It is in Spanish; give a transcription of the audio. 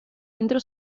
centro